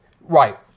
Right